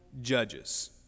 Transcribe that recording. Judges